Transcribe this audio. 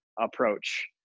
approach